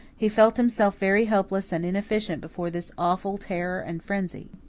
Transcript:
he felt himself very helpless and inefficient before this awful terror and frenzy.